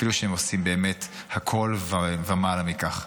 אפילו שהן עושות באמת הכול ומעלה מכך.